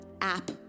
app